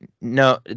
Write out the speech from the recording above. no